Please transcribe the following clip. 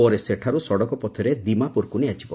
ପରେ ସେଠାରୁ ସଡ଼କ ପଥରେ ଦିମାପୁରକୁ ନିଆଯିବ